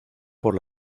por